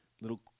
little